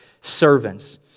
servants